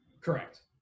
Correct